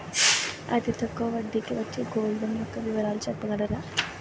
అతి తక్కువ వడ్డీ కి వచ్చే గోల్డ్ లోన్ యెక్క వివరాలు చెప్పగలరా?